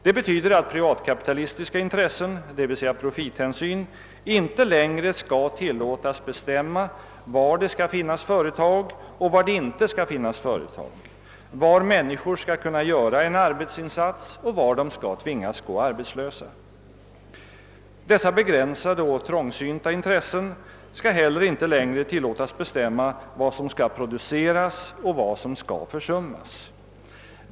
Det betyder att privatkapitalistiska intressen, d.v.s. profithänsyn, inte längre skall tillåtas bestämma var det skall finnas företag och var det inte skall finnas företag, var människor skall kunna göra en arbetsinsats och var de skall tvingas gå arbetslösa. Dessa begränsade och trångsynta intressen skall heller inte längre tillåtas bestämma vad som skall produceras och vad som skall försummas.